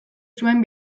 zuen